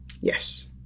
Yes